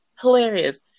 hilarious